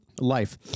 life